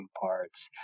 parts